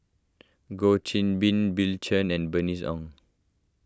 Goh Qiu Bin Bill Chen and Bernice Ong